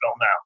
now